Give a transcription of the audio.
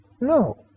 No